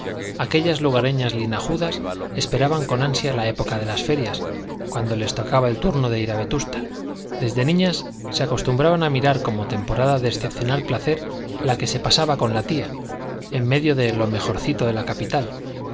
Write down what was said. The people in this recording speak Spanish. aquellas lugareñas linajudas esperaban con ansia la época de las ferias cuando les tocaba el turno de ir a vetusta desde niñas se acostumbraban a mirar como temporada de excepcional placer la que se pasaba con la tía en medio de lo mejorcito de la capital